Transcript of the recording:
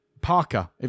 Parker